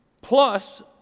Plus